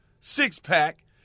six-pack